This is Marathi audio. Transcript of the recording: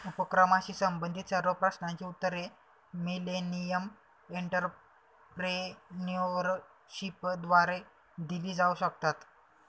उपक्रमाशी संबंधित सर्व प्रश्नांची उत्तरे मिलेनियम एंटरप्रेन्योरशिपद्वारे दिली जाऊ शकतात